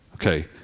okay